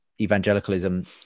evangelicalism